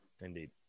Indeed